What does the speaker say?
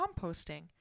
composting